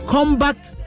Combat